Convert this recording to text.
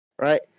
right